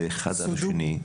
זה אחד על השני,